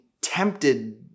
tempted